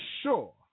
sure